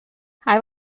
hij